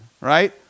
right